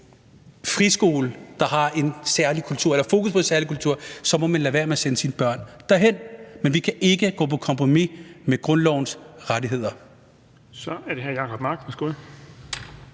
friskole, der har en særlig kultur eller har fokus på en særlig kultur, så må man lade være med at sende sine børn derhen. Men vi kan ikke gå på kompromis med grundlovens rettigheder. Kl. 16:48 Den fg.